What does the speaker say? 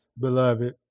beloved